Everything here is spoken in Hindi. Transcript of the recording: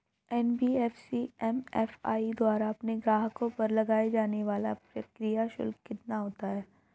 एन.बी.एफ.सी एम.एफ.आई द्वारा अपने ग्राहकों पर लगाए जाने वाला प्रक्रिया शुल्क कितना होता है?